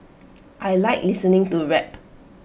I Like listening to rap